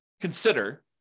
consider